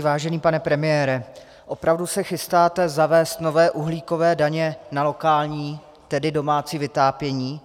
Vážený pane premiére, opravdu se chystáte zavést nové uhlíkové daně na lokální, tedy domácí vytápění?